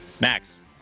Max